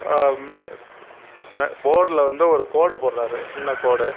மே போர்டில் வந்து ஒரு கோடு போடுகிறாரு சின்னக் கோடு